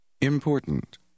Important